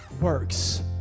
works